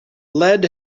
lead